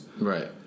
Right